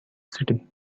city